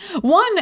One